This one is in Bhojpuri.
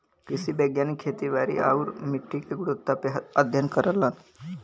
कृषि वैज्ञानिक खेती बारी आउरी मट्टी के गुणवत्ता पे अध्ययन करलन